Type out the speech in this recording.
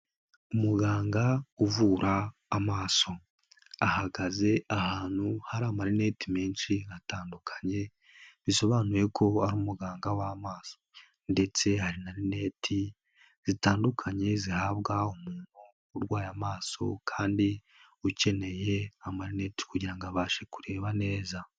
Umuganga uvura amaso, ahagaze ahantu hari amarinete menshi atandukanye bisobanuye ko ari umuganga w'amaso ndetse hari na rineti zitandukanye zihabwa umuntu urwaye amaso kandi ukeneye amarinete kugira ngo abashe kureba neza.